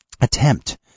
attempt